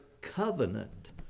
covenant